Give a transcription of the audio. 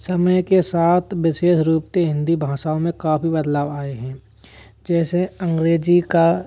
समय के साथ विशेष रूप से हिन्दी भाषा में काफी बदलाव आए हें जैसे अंग्रेजी का